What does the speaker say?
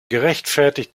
gerechtfertigt